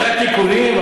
אחרי התיקונים,